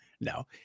No